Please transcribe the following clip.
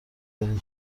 دارین